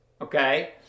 Okay